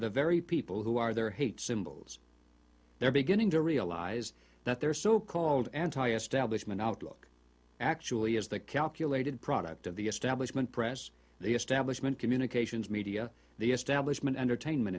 the very people who are their hate symbols they're beginning to realize that their so called anti establishment outlook actually is the calculated product of the establishment press the establishment communications media the establishment entertainment